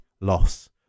loss